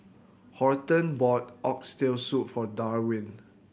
Horton bought Oxtail Soup for Darwyn